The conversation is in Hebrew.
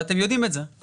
ואתם יודעים את זה,